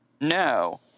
No